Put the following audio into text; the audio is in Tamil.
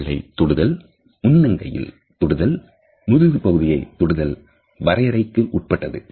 கைகளை தொடுதல் முன்னங்கையில் தொடுதல் முதுகு பகுதியை தொடுதல் வரையறைகளுக்கு உட்பட்டது